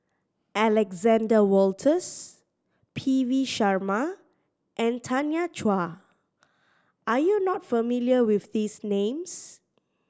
Alexander Wolters P V Sharma and Tanya Chua are you not familiar with these names